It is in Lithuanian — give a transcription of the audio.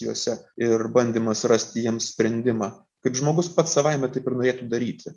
juose ir bandymas rasti jiems sprendimą kaip žmogus pats savaime taip ir norėtų daryti